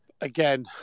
again